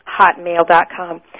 hotmail.com